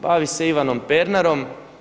Bavi se Ivanom Pernarom.